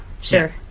Sure